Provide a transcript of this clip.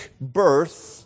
birth